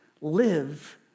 live